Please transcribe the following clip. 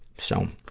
so,